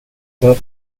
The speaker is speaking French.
tel